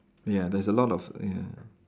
ya there's a lot of ya